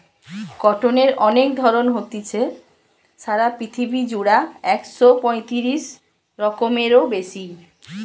কটনের অনেক ধরণ হতিছে, সারা পৃথিবী জুড়া একশ পয়তিরিশ রকমেরও বেশি